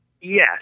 yes